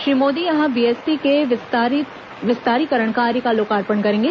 श्री मोदी यहां बीएसपी के विस्तारीकरण कार्य का लोकार्पण करेंगे